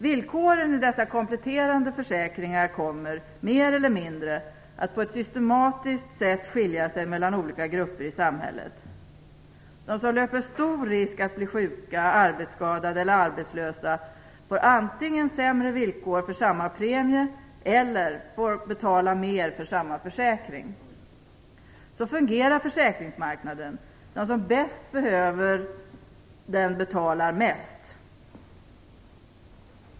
Villkoren i dessa kompletterande försäkringar kommer, mer eller mindre, på ett systematiskt sätt att skilja sig mellan olika grupper i samhället. De som löper stor risk att bli sjuka, arbetsskadade eller arbetslösa får antingen sämre villkor för samma premie eller får betala mer för samma försäkring. Så fungerar försäkringsmarknaden - de som bäst behöver den betalar mest.